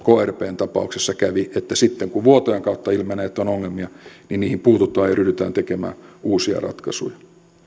krpn tapauksessa kävi että sitten kun vuotojen kautta ilmenee että on ongelmia niin niihin puututaan ja ryhdytään tekemään uusia ratkaisuja